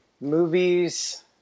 movies